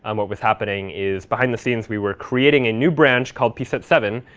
um what was happening is, behind the scenes, we were creating a new branch called p set seven.